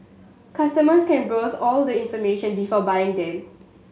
customers can browse all the information before buying them